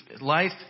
life